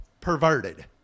perverted